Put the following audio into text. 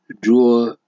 draw